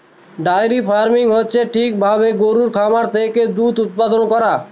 diary farming হচ্ছে ঠিক ভাবে গরুর খামার থেকে দুধ উৎপাদান করা